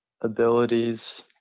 abilities